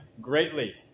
greatly